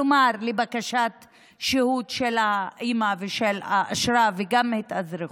כלומר לבקשת שהות של האימא ושל אשרה וגם התאזרחות,